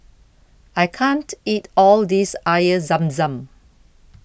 I can't eat all this Air Zam Zam